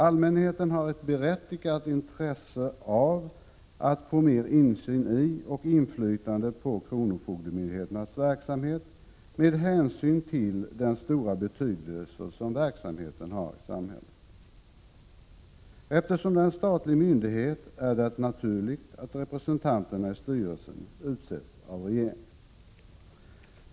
Allmänheten har ett berättigat intresse av att få mer insyn i och inflytande på kronofogdemyndigheternas verksamhet med hänsyn till den stora betydelse som verksamheten har i samhället. Eftersom det är en statlig myndighet är det naturligt att representanterna i styrelsen utses av regeringen.